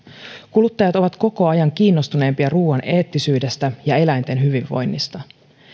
kuluttajat ovat koko ajan kiinnostuneempia ruuan eettisyydestä ja eläinten hyvinvoinnista